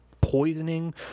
poisoning